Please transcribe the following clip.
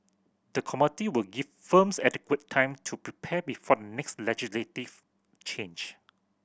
the committee will give firms adequate time to prepare before next legislative change